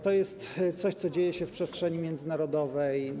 To jest coś, co dzieje się w przestrzeni międzynarodowej.